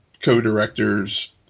co-directors